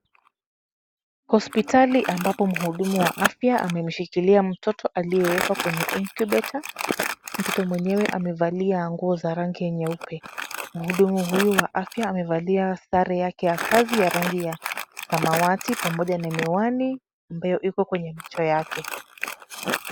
Hospitali ambapo mhuduma wa afya amemshikilia mtoto aliyewekwa kwenye incubator . Mtoto mwenyewe amevalia nguo za rangi nyeupe. Mhudumu huyu wa afya amevalia sare yake ya kazi ya rangi ya samawati pamoja na miwani ambayo iko kwenye macho yake.